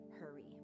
hurry